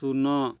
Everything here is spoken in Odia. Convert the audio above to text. ଶୂନ